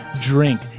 drink